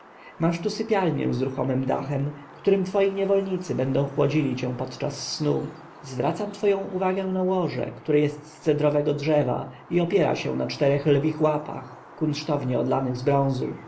masz tu sypialnię z ruchomym dachem którym twoi niewolnicy będą chłodzili cię podczas snu zwracam twoją uwagę na łoże które jest z cedrowego drzewa i opiera się na czterech lwich łapach kunsztownie odlanych z